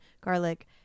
garlic